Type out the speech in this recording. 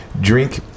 drink